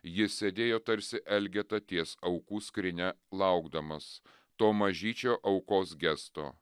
jis sėdėjo tarsi elgeta ties aukų skrynia laukdamas to mažyčio aukos gesto